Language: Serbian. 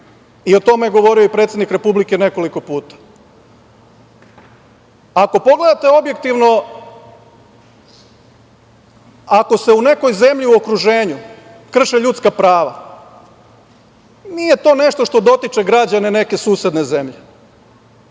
O tome je govorio i predsednik Republike nekoliko puta. Ako pogledate objektivno, ako se u nekoj zemlji u okruženju krše ljudska prava nije to nešto što dotiče građane neke susedne zemlje